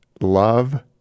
love